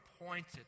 appointed